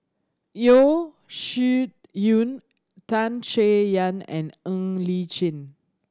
Yeo Shih Yun Tan Chay Yan and Ng Li Chin